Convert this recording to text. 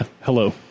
Hello